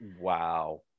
Wow